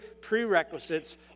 prerequisites